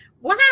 Wow